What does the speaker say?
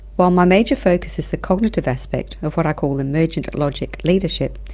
while my major focus is the cognitive aspects of what i call the emergent logic leadership,